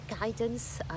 guidance